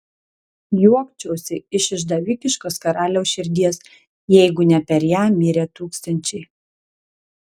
juokčiausi iš išdavikiškos karaliaus širdies jeigu ne per ją mirę tūkstančiai